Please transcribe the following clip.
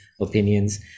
opinions